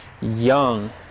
young